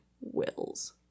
wills